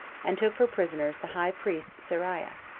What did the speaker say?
and took for prisoners the high priest seraiah,